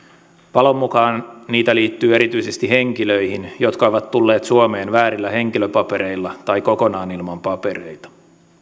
palon mukaan niitä liittyy erityisesti henkilöihin jotka ovat tulleet suomeen väärillä henkilöpapereilla tai kokonaan ilman papereita